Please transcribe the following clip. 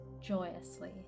joyously